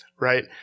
right